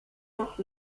noch